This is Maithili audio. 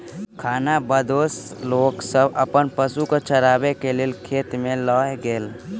खानाबदोश लोक सब अपन पशु के चरबै के लेल खेत में लय गेल